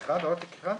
תהליך השיחה הטלפונית,